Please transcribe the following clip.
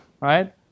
right